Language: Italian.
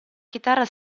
chitarra